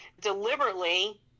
deliberately